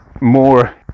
more